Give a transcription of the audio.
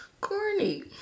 corny